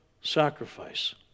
sacrifice